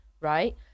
right